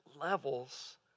levels